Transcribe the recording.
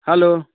hello